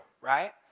right